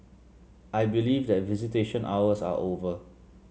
I believe that visitation hours are over